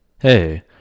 Hey